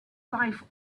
life